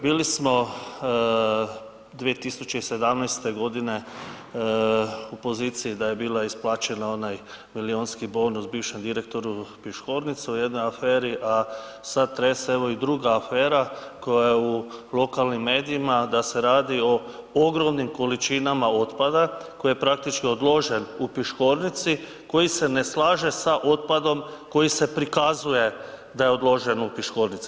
Bili smo 2017. g. u poziciji da je bila isplaćen onaj milijunski bonus bivšem direktoru Piškornice u jednoj aferi a sad trese evo i druga afera koja je u lokalnim medijima da se radi o ogromnim količinama otpada koje praktički odložen u Piškornici, koji se ne slaže sa otpadom koji se prikazuje da je odložen u Piškornici.